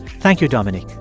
thank you, dominique.